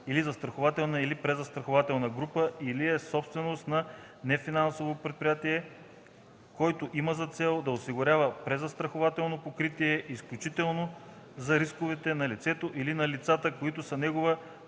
или застрахователна или презастрахователна група, или е собственост на нефинансово предприятие, който има за цел да осигурява презастрахователно покритие изключително за рисковете на лицето или на лицата, които са негови